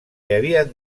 havien